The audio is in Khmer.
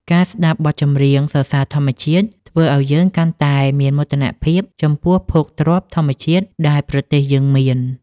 ការស្ដាប់បទចម្រៀងសរសើរធម្មជាតិ ធ្វើឱ្យយើងកាន់តែមានមោទនភាពចំពោះភោគទ្រព្យធម្មជាតិដែលប្រទេសយើងមាន។